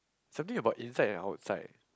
something about inside and outside